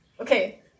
Okay